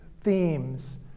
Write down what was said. themes